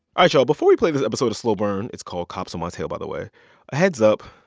ah y'all. before we play this episode of slow burn it's called cops on my tail, by the way a heads-up.